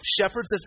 Shepherds